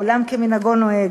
עולם כמנהגו נוהג.